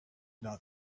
not